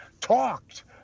talked